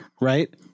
right